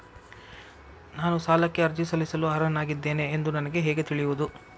ನಾನು ಸಾಲಕ್ಕೆ ಅರ್ಜಿ ಸಲ್ಲಿಸಲು ಅರ್ಹನಾಗಿದ್ದೇನೆ ಎಂದು ನನಗೆ ಹೇಗೆ ತಿಳಿಯುವುದು?